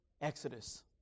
exodus